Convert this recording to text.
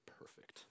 perfect